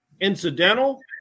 incidental